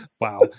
Wow